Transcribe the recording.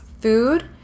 food